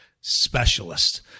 specialist